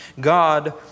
God